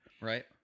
right